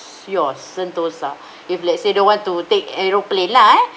yours sentosa if let's say don't want to take aeroplane lah eh